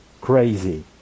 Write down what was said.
crazy